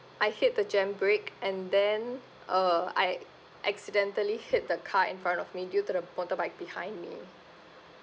I hit the jam brake and then uh I accidentally hit the car in front of me due to the motorbike behind me